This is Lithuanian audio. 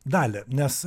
dalią nes